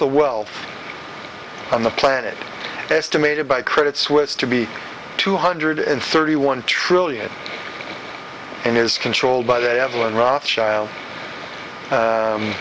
the wealth on the planet estimated by credit suisse to be two hundred and thirty one trillion and is controlled by the evelyn ross child